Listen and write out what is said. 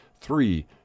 three